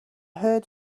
heard